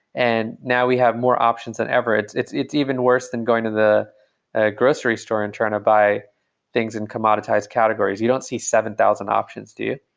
and now we have more options than ever. it's it's even worse than going to the ah grocery store and trying to buy things and commoditize categories. you don't see seven thousand options, do you?